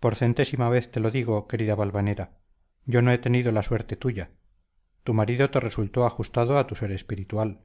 por centésima vez te lo digo querida valvanera yo no he tenido la suerte tuya tu marido te resultó ajustado a tu ser espiritual